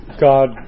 God